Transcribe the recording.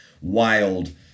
wild